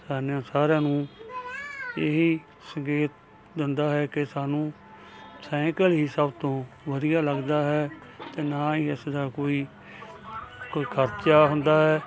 ਸਾਨੂੰ ਸਾਰਿਆਂ ਨੂੰ ਇਹ ਹੀ ਸੰਕੇਤ ਦਿੰਦਾ ਹੈ ਕਿ ਸਾਨੂੰ ਸਾਈਂਕਲ ਹੀ ਸਭ ਤੋਂ ਵਧੀਆ ਲੱਗਦਾ ਹੈ ਅਤੇ ਨਾ ਹੀ ਇਸ ਦਾ ਕੋਈ ਕੋਈ ਖਰਚਾ ਹੁੰਦਾ ਹੈ